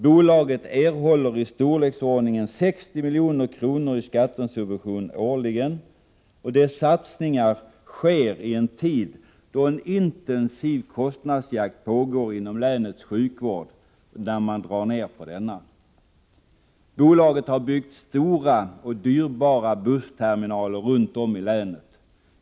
Bolaget erhåller i storleksordningen 60 milj.kr. i skattesubvention årligen. Dessa satsningar sker i en tid då en intensiv kostnadsjakt pågår inom länets sjukvård. Bolaget har byggt stora och dyrbara bussterminaler runt om i länet.